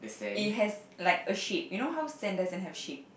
it has like a shape you know how sand doesn't have shape